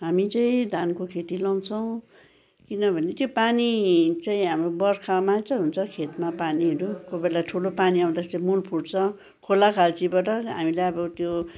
हामी चाहिँ धानको खेती लगाउँछौँ किन भने त्यो पानी चाहिँ हाम्रो बर्खामा मात्र हुन्छ खेतमा पानीहरू कोही बेला ठुलो पानी आउँदा चाहिँ मूल फुट्छ खोलाखोल्चीबाट हामीलाई अब त्यो